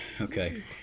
Okay